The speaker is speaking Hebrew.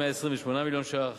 128 מיליון ש"ח,